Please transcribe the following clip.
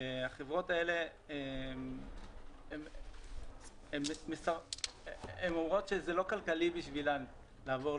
והחברות האלה הן אומרות שזה לא כלכלי בשבילן לעבור.